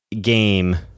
game